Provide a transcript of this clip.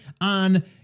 on